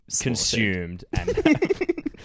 Consumed